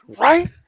right